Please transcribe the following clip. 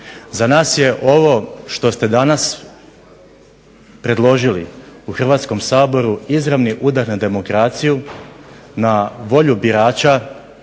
Za nas je ovo što ste danas predložiti u Hrvatskom saboru izravni udar na demokraciju, na volju birača,